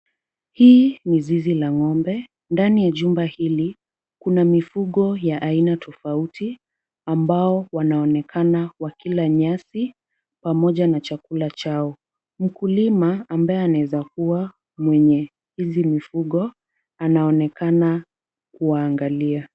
Hii ni zizi la ng'ombe. Ndani ya jumba hili kuna mifugo ya aina tofauti, ambao wanaonekana wakila nyasi pamoja na chakula chao. Mkulima ambaye anaweza kuwa mwenye hizi mifugo, anaonekana kuwaangalia.